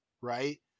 right